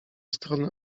strony